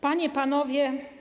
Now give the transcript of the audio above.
Panie i Panowie!